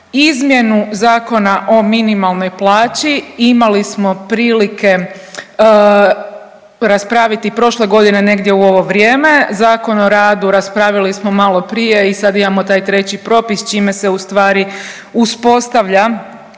izmjenu Zakona o minimalnoj plaći, imali smo prilike raspraviti prošle godine negdje u ovo vrijeme, Zakon o radu raspravili smo maloprije i sad imamo taj treći propis čime se ustvari uspostavlja